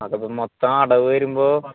അതപ്പോൾ മൊത്തം അടവ് വരുമ്പോൾ